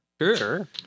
sure